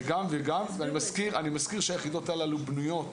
אני מזכיר שהיחידות הללו בנויות